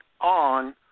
on